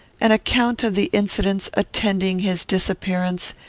an account of the incidents attending his disappearance,